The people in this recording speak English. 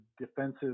defensive